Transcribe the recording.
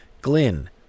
Glyn